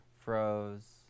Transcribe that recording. froze